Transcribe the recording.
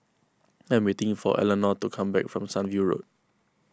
I am waiting for Elenora to come back from Sunview Road